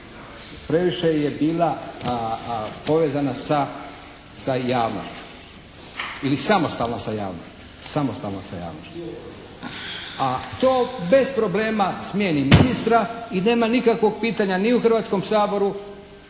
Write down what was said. previše je bila povezana sa javnošću. Ili samostalno sa javnošću, samostalno sa javnošću. A to bez problema smijeni ministra i nema nikakvog pitanja ni u Hrvatskom saboru